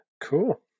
Cool